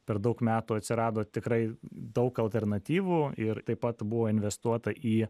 per daug metų atsirado tikrai daug alternatyvų ir taip pat buvo investuota į